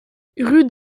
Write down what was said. rue